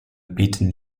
bieten